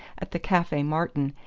at the cafe martin,